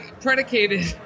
predicated